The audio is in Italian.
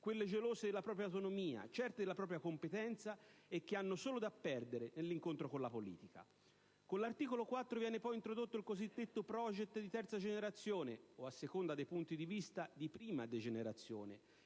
quelle gelose della propria autonomia, certe della propria competenza, e che hanno solo da perdere nell'incontro con la politica. Con l'articolo 4 viene poi introdotto il cosiddetto *project* di terza generazione o, a seconda dei punti di vista, di prima degenerazione,